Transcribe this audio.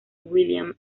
william